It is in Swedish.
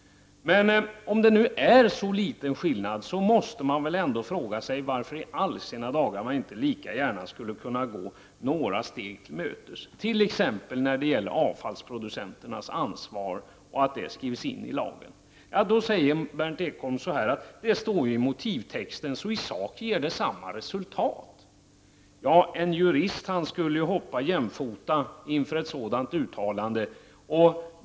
Men om det är så liten skillnad måste man ändå fråga sig varför i all sina dar man inte lika gärna skulle kunna gå några steg till mötes, t.ex. när det gäller att avfallsproducenternas ansvar skrivs in i lagen. Berndt Ekholm säger att det står i motivtexten och att det därför i sak ger samma resultat! En jurist skulle hoppa jämfota inför ett sådant utta lande.